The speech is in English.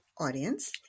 audience